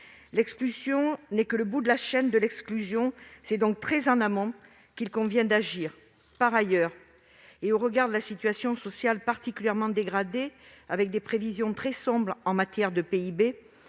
L'expulsion n'étant que le bout de la chaîne de l'exclusion, c'est très en amont qu'il convient d'agir. Au regard de la situation sociale particulièrement dégradée, avec des prévisions très sombres en matière de PIB